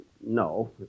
no